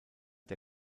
der